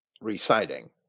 reciting